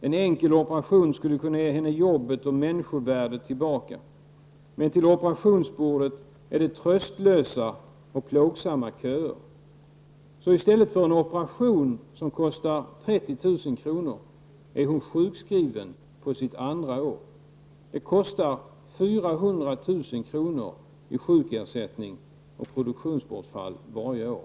En enkel operation skulle kunna ge henne jobbet och människovärdet tillbaka. Men till operationsbordet är det tröstlösa och plågsamma köer. Så i stället för en operation som kostar 30 000 kronor är hon sjukskriven på sitt andra år. Det kostar 400 000 kronor i sjukersättning och produktionsbortfall varje år.''